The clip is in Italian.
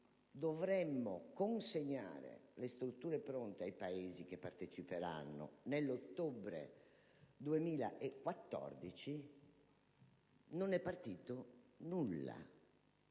dovremmo consegnare le strutture pronte ai Paesi partecipanti nell'ottobre 2014, ma non è partito nulla.